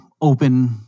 open